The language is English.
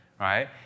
right